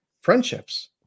friendships